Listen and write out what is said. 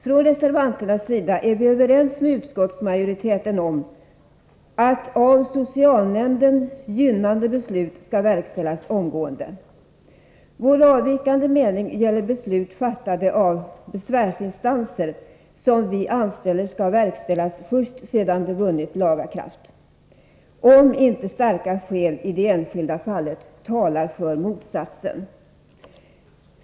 Från reservanternas sida är vi överens med utskottsmajoriteten om att av socialnämnden fattade, gynnande beslut skall verkställas omgående. Vår avvikande mening gäller beslut fattade av besvärsinstanser, som vi anser skall verkställas först sedan de vunnit laga kraft, om inte starka skäl i det enskilda fallet talar för motsatsen.